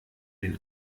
den